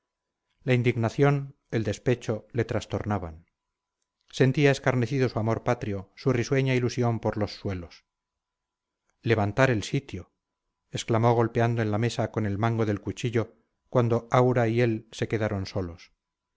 la indignación el despecho le trastornaban sentía escarnecido su amor patrio su risueña ilusión por los suelos levantar el sitio exclamó golpeando en la mesa con el mango del cuchillo cuando aura y él se quedaron solos